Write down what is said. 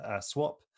swap